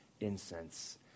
incense